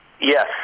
Yes